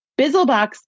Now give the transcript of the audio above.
Bizzlebox